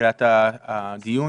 בתחילת הדיון,